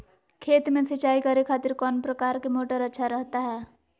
खेत में सिंचाई करे खातिर कौन प्रकार के मोटर अच्छा रहता हय?